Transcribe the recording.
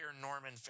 Norman